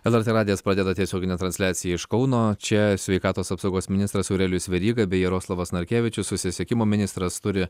lrt radijas pradeda tiesioginę transliaciją iš kauno čia sveikatos apsaugos ministras aurelijus veryga bei jaroslavas narkevičius susisiekimo ministras turi